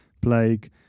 plague